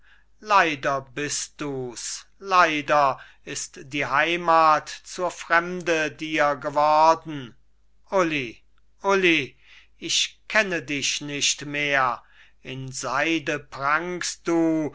leider bist du's leider ist die heimat zur fremde dir geworden uli uli ich kenne dich nicht mehr in seide prangst du